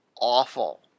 awful